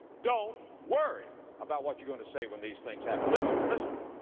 don't worry about what you're going to say when these things happen. listen, listen,